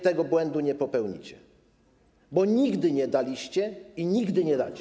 Tego błędu nie popełnicie, bo nigdy nie daliście i nigdy nie dacie.